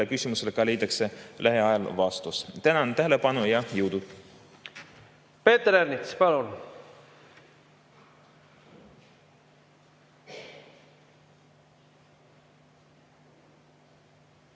küsimusele leitakse lähiajal ka vastus. Tänan tähelepanu eest ja jõudu! Peeter Ernits, palun!